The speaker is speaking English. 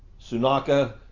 Sunaka